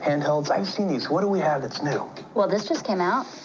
handhelds, i've seen these. what do we have that's new? well, this just came out.